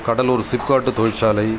கடலூர் சிப்காட் தொழிற்சாலை